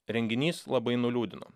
renginys labai nuliūdino